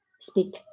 speak